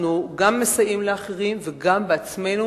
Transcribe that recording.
אנחנו גם מסייעים לאחרים וגם לעצמנו